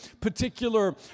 particular